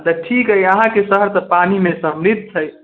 तऽ ठीक अइ अहाँके शहर तऽ पानी मे समृद्ध छै